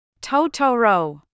Totoro